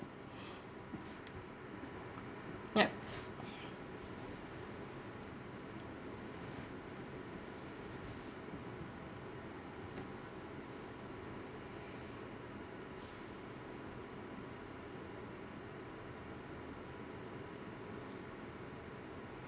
yup